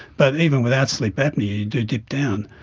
but even without sleep apnoea you do dip down,